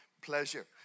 pleasure